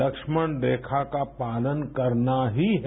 तक्ष्मण रेखा का पालन करना ही है